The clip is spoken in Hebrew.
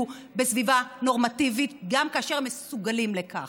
בסביבה נורמטיבית כאשר הם מסוגלים לכך.